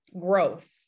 growth